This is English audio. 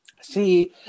See